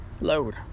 Load